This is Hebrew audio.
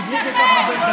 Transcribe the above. דיברו כל כך הרבה.